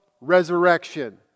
Resurrection